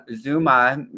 Zuma